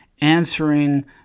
answering